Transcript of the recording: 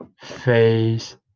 face